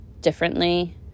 differently